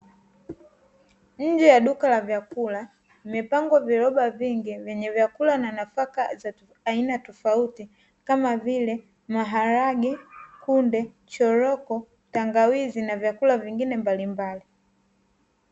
Nje ya duka la vyakula vimepangwa viroba vingi vyenye vyakula na nafaka za aina tofauti kama vile maharage, kunde, choroko, tangawizi na vyakula vingine mbalimbbali.